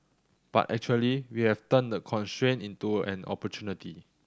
but actually we have turned the constraint into an opportunity